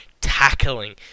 Tackling